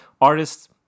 artists